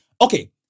Okay